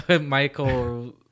Michael